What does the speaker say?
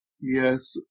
yes